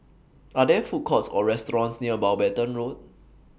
Are There Food Courts Or restaurants near Mountbatten Road